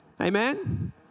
Amen